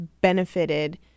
benefited